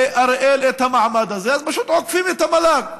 באריאל את המעמד הזה, אז פשוט עוקפים את המל"ג.